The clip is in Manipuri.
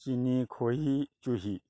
ꯆꯤꯅꯤ ꯈꯣꯏꯍꯤ ꯆꯨꯍꯤ